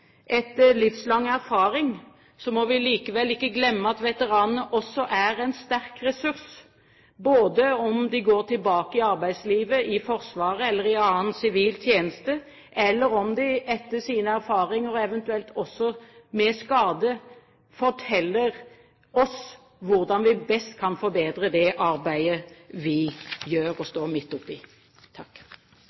Etter livslang erfaring må vi likevel ikke glemme at veteranene også er en sterk ressurs, om de går tilbake til arbeidslivet i Forsvaret eller i annen sivil tjeneste, eller at de etter sine erfaringer, eventuelt også med skade, kan fortelle oss hvordan vi best kan forbedre det arbeidet vi nå står midt oppe i.